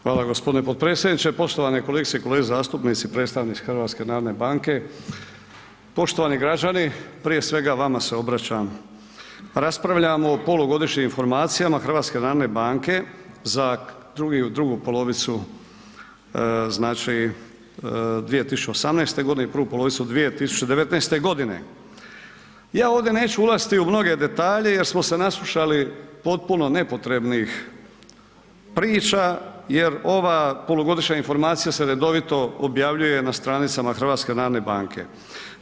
Hvala g. potpredsjedniče, poštovane kolegice i kolege zastupnici, predstavnici HNB-a, poštovani građani prije svega vama se obraćam, raspravljamo o polugodišnjim informacijama HNB-a za drugu polovicu, znači 2018.g. i prvu polovicu 2019.g. Ja ovdje neću ulaziti u mnoge detalje jer smo se naslušali potpuno nepotrebnih priča jer ova polugodišnja informacija se redovito objavljuje na stranicama HNB-a.